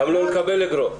גם לא לקבל אגרוף.